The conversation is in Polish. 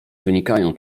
wynikają